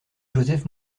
joseph